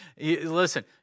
listen